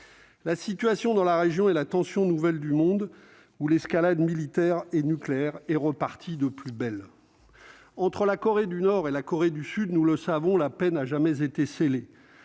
la situation dans la région et la tension nouvelle dans le monde, alors que l'escalade militaire et nucléaire est repartie de plus belle. Entre la Corée du Nord et la Corée du Sud, nous le savons, la paix n'a jamais été scellée.